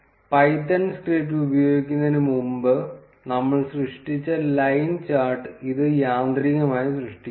Python script ഉപയോഗിക്കുന്നതിന് മുമ്പ് നമ്മൾ സൃഷ്ടിച്ച ലൈൻ ചാർട്ട് ഇത് യാന്ത്രികമായി സൃഷ്ടിക്കുന്നു